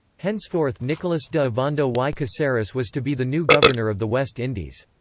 henceforth nicolas de ovando y caceres was to be the new governor of the west indies.